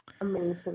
Amazing